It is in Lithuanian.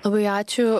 labai ačiū